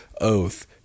oath